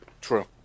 True